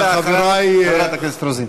חבר הכנסת אייכלר, ואחריו, חברת הכנסת רוזין.